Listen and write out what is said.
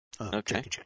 Okay